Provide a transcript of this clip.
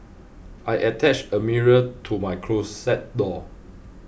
I attached a mirror to my closet door